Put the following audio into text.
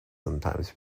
sometimes